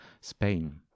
Spain